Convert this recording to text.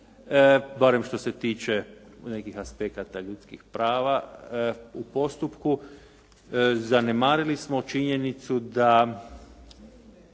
barem što se tiče nekih aspekata ljudskih prava u postupku. Zanemarili smo činjenicu da